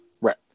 Right